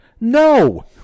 no